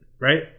right